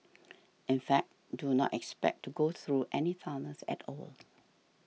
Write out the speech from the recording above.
in fact do not expect to go through any tunnels at all